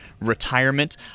retirement